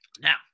Now